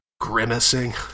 grimacing